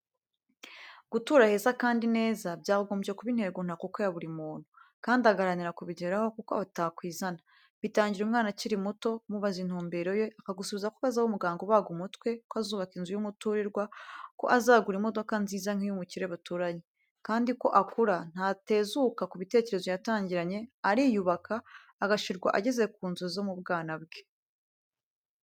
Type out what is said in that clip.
Gutura heza kandi neza byakagombye kuba intego ntakuka ya buri muntu, kandi agaharanira kubigeraho kuko bitakwizana. Bitangira umwana akiri muto, umubaza intumbero ye akagusubiza ko azaba umuganga ubaga umutwe, ko azubaka inzu y'umuturirwa, ko azagura imodoka nziza nk'iy'umukire baturanye, kandi uko akura ntatezuka ku bitekerezo yatangiranye, ariyubaka agashirwa ageze ku nzozi zo mu bwana bwe.